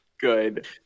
Good